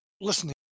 listening